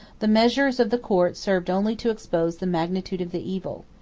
the measures of the court served only to expose the magnitude of the evil.